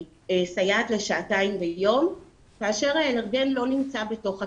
סייעת לשעתיים ביום כאשר האלרגן לא נמצא בתוך הכיתה.